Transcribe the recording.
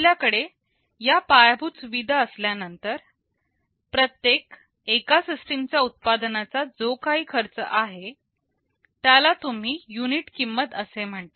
आपल्याकडे या पायाभूत सुविधा असल्या नंतर प्रत्येक एका सिस्टीमचा उत्पादनाचा जो काही खर्च आहे त्याला तुम्ही युनिट किंमती असे म्हणता